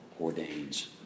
ordains